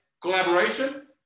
collaboration